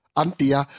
antia